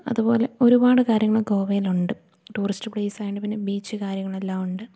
അതുപോലെ ഒരുപാട് കാര്യങ്ങൾ ഗോവേലൊണ്ട് ടൂറിസ്റ്റ് പ്ലേസായോണ്ട് പിന്നെ ബീച്ച് കാര്യങ്ങളെല്ലാം ഉണ്ട്